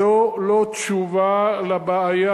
זו לא תשובה לבעיה.